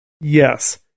Yes